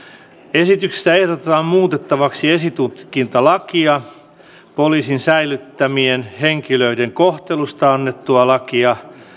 esityksessä ehdotetaan muutettavaksi esitutkintalakia poliisien säilyttämien henkilöiden kohtelusta annettua lakia